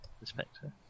Inspector